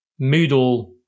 moodle